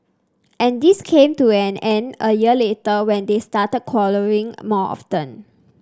and this came to an end a year later when they started quarrelling more often